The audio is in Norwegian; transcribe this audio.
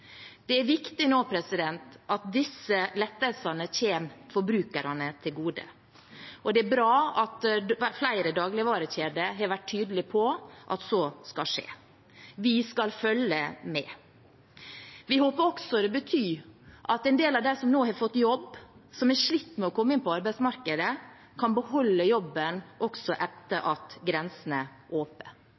Det er viktig at disse lettelsene kommer forbrukerne til gode, og det er bra at flere dagligvarekjeder har vært tydelige på at så skal skje. Vi skal følge med. Vi håper også det betyr at en del av dem som nå har fått jobb, som har slitt med å komme inn på arbeidsmarkedet, kan beholde jobben også etter at grensene